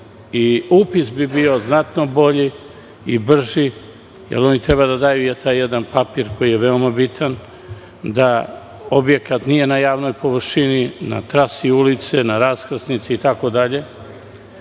i upis bi bio znatno bolji i brži, jer oni treba da daju taj jedan papir koji je veoma bitan da objekat nije na javnoj površini, na trasi ulice, na raskrsnici itd. Ne